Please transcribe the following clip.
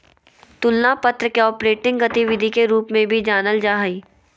तुलना पत्र के ऑपरेटिंग गतिविधि के रूप में भी जानल जा हइ